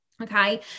okay